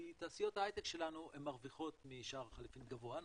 כי תעשיות ההייטק שלנו מרוויחות משער חליפין גבוה,